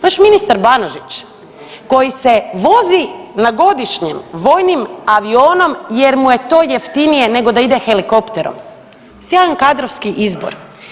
Naš ministar Banožić koji se vozi na godišnjem vojnim avionom jer mu je to jeftinije nego da ide helikopterom, sjajan kadrovski izbor.